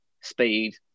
speed